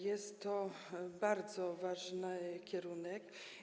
Jest to bardzo ważny kierunek.